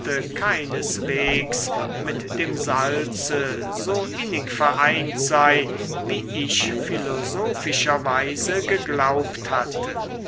keineswegs mit dem salze so innig vereint sei wie ich philosophischerweise geglaubt hatte